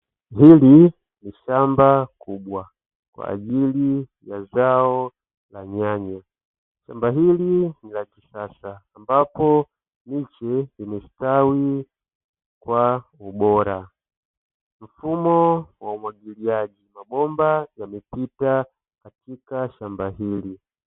Hili ni shamba kubwa kwa ajili ya zao la nyanya shamba hili ni la kisasa ambapo miche imestawi kwa ubora. Mfumo wa umwagiliaji mabomba yamepita katika shamba hili.